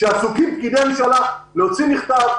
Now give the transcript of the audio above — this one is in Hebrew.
שעסוקים פקידי הממשלה האם לאשר להוציא מכתב.